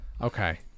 okay